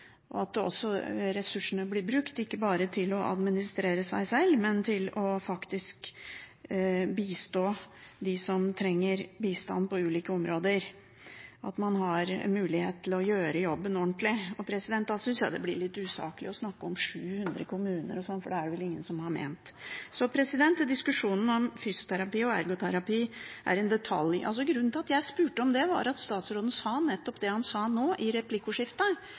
og at ressursene ikke bare blir brukt til å administrere seg selv, men til faktisk å bistå dem som trenger bistand på ulike områder – at man har mulighet til å gjøre jobben ordentlig. Da synes jeg det blir litt usaklig å snakke om 700 kommuner og slikt, for det er det vel ingen som har ment. Diskusjonen om fysioterapi og ergoterapi er en detalj. Grunnen til at jeg spurte om det, var at statsråden sa nettopp det han sa nå, i replikkordskiftet